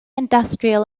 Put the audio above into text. industrial